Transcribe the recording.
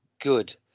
good